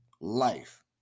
life